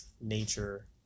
nature